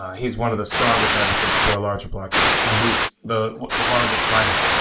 he's one of the strongest advocates for a larger block size and he's the the largest miner.